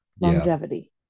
longevity